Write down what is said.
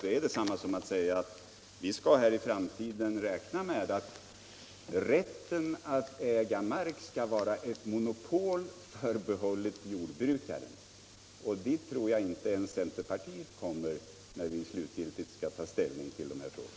Det vore detsamma som att säga att rätten att äga mark i framtiden skall vara ett monopol förbehållet jordbrukaren. Och dit tror jag inte ens centerpartiet kommer, när vi slutgiltigt skall ta ställning till de här frågorna.